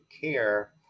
care